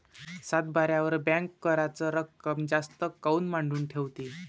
सातबाऱ्यावर बँक कराच रक्कम जास्त काऊन मांडून ठेवते?